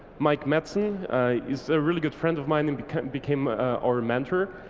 maik metzen is a really good friend of mine and became became our mentor.